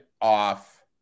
off